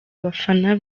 abafana